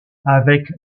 avec